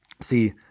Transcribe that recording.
See